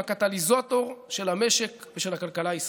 הקטליזטור של המשק ושל הכלכלה הישראלית.